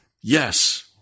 yes